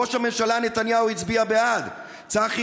ראש הממשלה נתניהו הצביע בעד, צחי